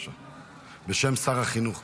בשם שר החינוך,